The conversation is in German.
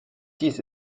dies